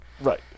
Right